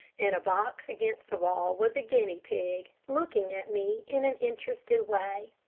in a box against the wall was a guinea pig, looking at me in an interested way.